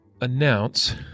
Announce